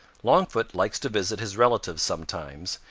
longfoot likes to visit his relatives sometimes,